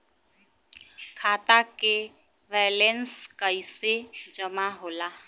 खाता के वैंलेस कइसे जमा होला?